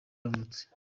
yavutse